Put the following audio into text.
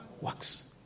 Works